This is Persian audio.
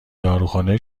داروخانه